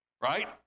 right